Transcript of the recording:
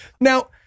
Now